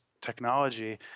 technology